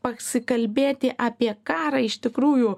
pasikalbėti apie karą iš tikrųjų